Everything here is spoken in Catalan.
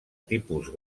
tipus